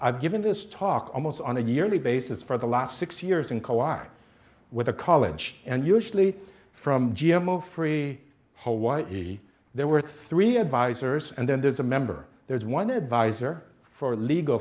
i've given this talk almost on a yearly basis for the last six years and co are with a college and usually from g m o free hawaii there were three advisors and then there's a member there's one advisor for legal